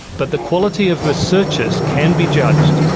but the quality of researchers can be judged,